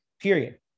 period